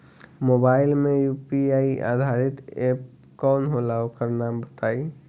Mobile म UPI आधारित app कौन होला ओकर नाम बताईं?